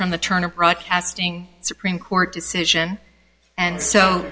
from the turner broadcasting supreme court decision and so